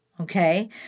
okay